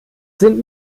sind